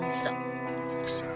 stop